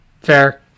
Fair